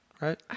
right